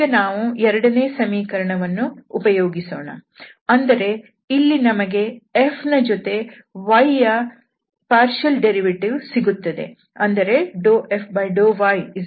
ಈಗ ನಾವು ಎರಡನೇ ಸಮೀಕರಣವನ್ನು ಉಪಯೋಗಿಸೋಣ ಅಂದರೆ ಇಲ್ಲಿ ನಮಗೆ f ನ y ಜೊತೆಯ ಭಾಗಶಃ ವ್ಯುತ್ಪನ್ನ ವು ಸಿಗುತ್ತದೆ